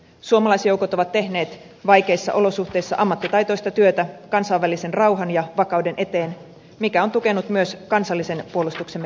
suomalaisjoukot ovat tehneet vaikeissa olosuhteissa ammattitaitoista työtä kansainvälisen rauhan ja vakauden eteen mikä on tukenut myös kansallisen puolustuksemme kehittämisen tarpeita